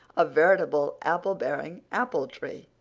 a veritable apple-bearing apple tree,